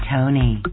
Tony